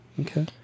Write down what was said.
Okay